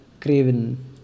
craven